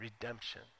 redemption